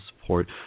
support